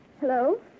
Hello